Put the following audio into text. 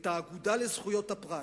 את האגודה לזכויות הפרט,